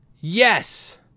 Yes